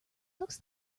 looks